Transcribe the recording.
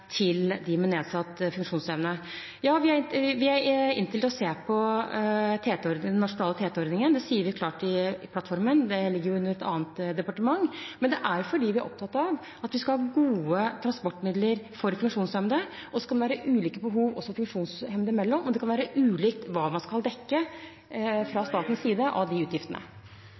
til dem med nedsatt funksjonsevne. Vi skal se på den nasjonale TT-ordningen. Det sier vi klart i plattformen, og det ligger under et annet departement. Vi er opptatt av at vi skal ha gode transportmidler for funksjonshemmede, og så kan det være ulike behov funksjonshemmede imellom, og det kan være ulikt hva man skal dekke fra statens side av de utgiftene.